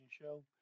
show